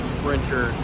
Sprinter